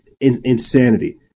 Insanity